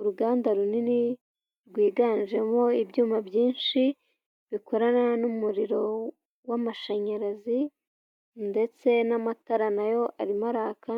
Uruganda runini rwiganjemo ibyuma byinshi bikorana n'umuriro w'amashanyarazi ndetse n'amatara nayo arimo araka